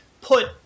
put